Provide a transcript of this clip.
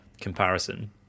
comparison